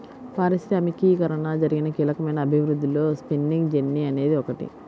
పారిశ్రామికీకరణలో జరిగిన కీలకమైన అభివృద్ధిలో స్పిన్నింగ్ జెన్నీ అనేది ఒకటి